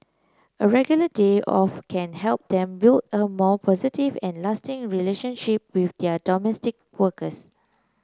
a regular day off can help them build a more positive and lasting relationship with their domestic workers